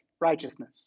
righteousness